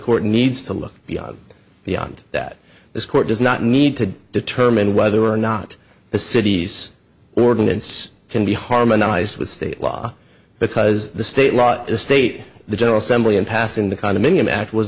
court needs to look beyond beyond that this court does not need to determine whether or not the city's ordinance can be harmonized with state law because the state law is state the general assembly and passing the condominium act was